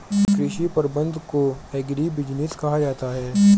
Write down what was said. कृषि प्रबंधन को एग्रीबिजनेस कहा जाता है